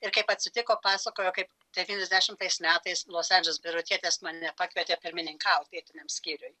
ir kaip atsitiko pasakojo kaip devyniasdešimtais metais los andželes birutietės mane pakvietė pirmininkaut vietiniam skyriui